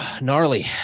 Gnarly